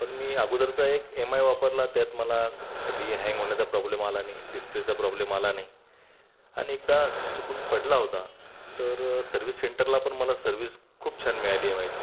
पण मी अगोदरचा एक एम आय वापरला त्यात मला कधी हँग होण्याचा प्रॉब्लेम आला नाही कधी डिस्प्लेचा प्रॉब्लेम आला नाही आणि एकदा चुकून पडला होता तर सर्व्हिस सेंटरला पण मला सर्व्हिस खूप छान मिळाली एम आयची